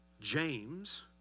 James